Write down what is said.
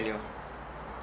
value